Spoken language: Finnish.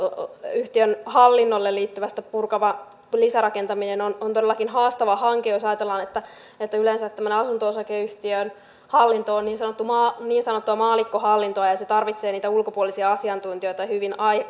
hallintoon liittyvästä purkava lisärakentaminen on on todellakin haastava hanke jos ajatellaan että että yleensä tämmöinen asunto osakeyhtiön hallinto on niin sanottua maallikkohallintoa ja se tarvitsee niitä ulkopuolisia asiantuntijoita hyvin